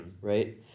right